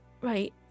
right